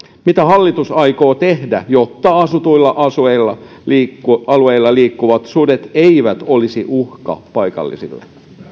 mitä hallitus aikoo tehdä jotta asutuilla alueilla liikkuvat alueilla liikkuvat sudet eivät olisi uhka paikallisille